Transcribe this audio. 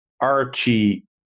Archie